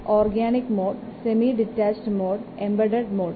organic mode semi detached mode embedded mode